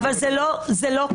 אבל זה לא קורה,